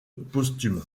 posthume